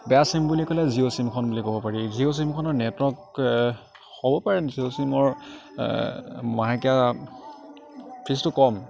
বেয়া চিম বুলি ক'লে জিঅ' চিমখন বুলি ক'ব পাৰি জিঅ' চিমখনত নেটৰ্ৱক হ'ব পাৰে জিঅ' চিমৰ মাহেকীয়া ফীজটো কম